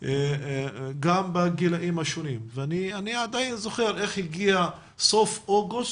גם בגילאים השונים ואני עדיין זוכר איך הגיע סוף אוגוסט,